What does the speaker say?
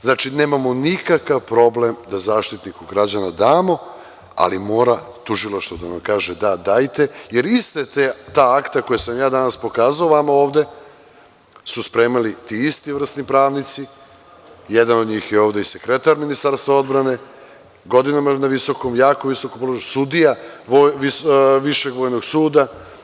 Znači, nemamo nikakav problem da Zaštitniku građana damo, ali mora tužilaštvo da nam kaže – da, dajte, jer ista ta akta koja sam ja danas pokazao vama ovde su spremali ti isti vrsni pravnici, a jedan od njih je ovde i sekretar Ministarstva odbrane, godinama na jako visokom položaju, sudija Višeg vojnog suda.